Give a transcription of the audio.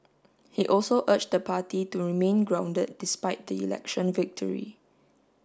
he also urged the party to remain grounded despite the election victory